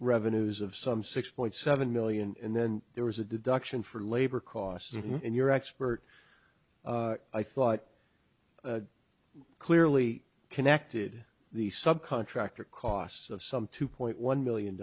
revenues of some six point seven million and then there was a deduction for labor costs and your expert i thought clearly connected the sub contractor costs of some two point one million